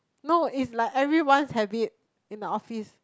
no it's like everyone's habit in the office